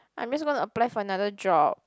I'm just going to apply for another job